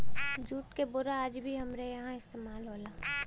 jute क बोरा आज भी हमरे इहां इस्तेमाल होला